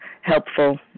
helpful